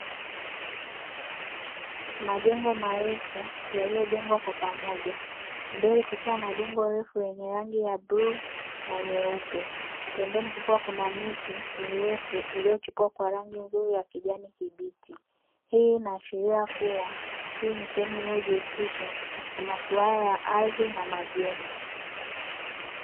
Majengo marefu yaliyojengwa kwa pamoja, mbele kukiwa na jengo refu la bluu na nyeupe, pembeni kukiwa kuna miti mirefu iliyo chipua kwa rangi nzuri ya kijani kibichi. Hii inaashiria kuwa hii ni sehemu inayo jihusisha na maswala ya ardhi na majengo.